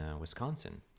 Wisconsin